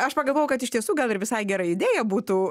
aš pagalvojau kad iš tiesų gal ir visai gera idėja būtų